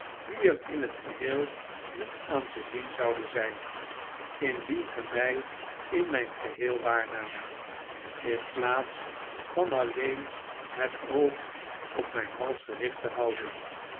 die er in het geheel niet aan te zien zo uden zijn indien ge mij in mijn geheel waarnaamt in plaats van alleen het oog op mijn hals gericht te houden